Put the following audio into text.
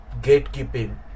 gatekeeping